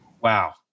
Wow